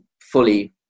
fully